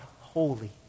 holy